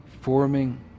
forming